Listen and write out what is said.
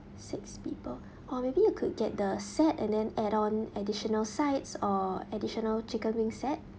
six people or maybe you could get the set and then add on additional sides or additional chicken wing set